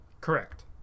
Correct